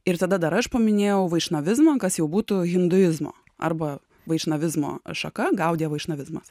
ir tada dar aš paminėjau vaišnavizmą kas jau būtų hinduizmo arba vaišnavizmo atšakagaudija vaišnavizmas